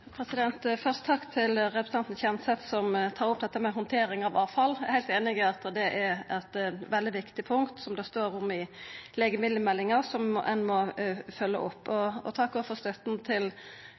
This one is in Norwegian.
Først takk til representanten Kjenseth, som tar opp dette med handtering av avfall. Eg er heilt einig i at det er eit veldig viktig punkt som det står om i legemiddelmeldinga, og som ein må følgja opp.